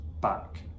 back